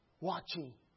watching